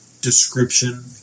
description